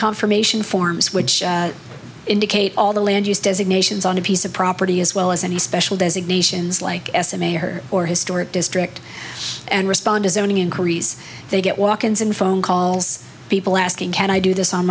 confirmation forms which indicate all the land use designations on a piece of property as well as any special designations like s a mayor or historic district and respond as owning inquiries they get walk ins and phone calls people asking can i do this on